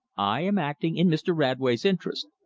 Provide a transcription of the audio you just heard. i am acting in mr. radway's interest.